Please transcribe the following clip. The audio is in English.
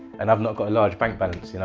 and i've not got a large bank balance. you know